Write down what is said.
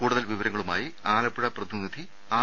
കൂടുതൽ വിവരങ്ങളുമായി ആലപ്പുഴ പ്രതിനിധി ആർ